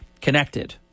connected